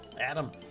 Adam